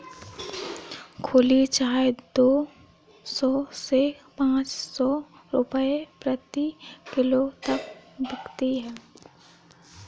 खुली चाय दो सौ से पांच सौ रूपये प्रति किलो तक बिकती है